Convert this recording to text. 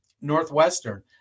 Northwestern